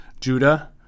Judah